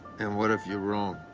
and what if you're wrong?